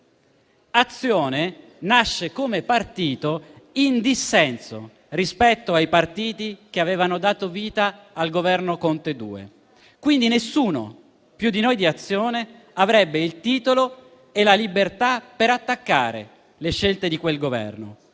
Azione nasce come partito in dissenso rispetto ai partiti che avevano dato vita al Governo Conte II. Nessuno più di noi di Azione avrebbe il titolo e la libertà per attaccare le scelte di quel Governo.